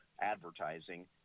advertising